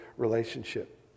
relationship